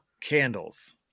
candles